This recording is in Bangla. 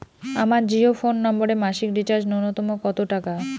আমার জিও ফোন নম্বরে মাসিক রিচার্জ নূন্যতম কত টাকা?